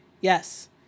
Yes